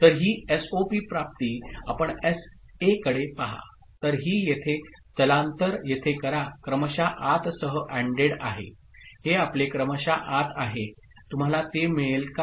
तर ही एसओपी प्राप्ती आपण एसए कडे पहा तर ही येथे स्थलांतर येथे करा क्रमशः आतसह अँडड आहे हे आपले क्रमशः आत आहे तुम्हाला ते मिळेल का